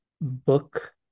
book